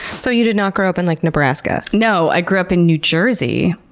so, you did not grow up in, like, nebraska? no, i grew up in new jersey.